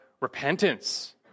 repentance